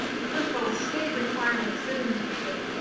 first of all, the state requirement of citizenship,